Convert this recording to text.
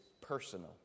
personal